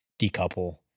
decouple